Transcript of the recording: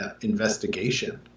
investigation